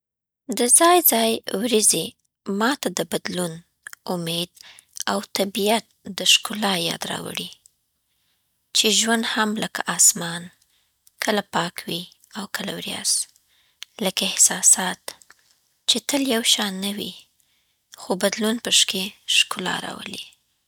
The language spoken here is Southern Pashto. د ځای ځای وریځې ما ته د بدلون، امید، او طبیعت د ښکلا یاد راوړي چې ژوند هم لکه اسمان، کله پاک وي او کله وریځ. لکه احساسات، چې تل یو شان نه وي، خو بدلون پشکې ښکلا راولي.